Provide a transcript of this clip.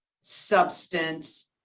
substance